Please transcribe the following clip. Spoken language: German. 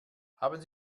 haben